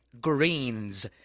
greens